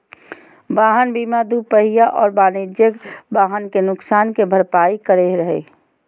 वाहन बीमा दूपहिया और वाणिज्यिक वाहन के नुकसान के भरपाई करै हइ